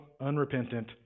unrepentant